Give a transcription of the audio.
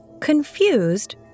Confused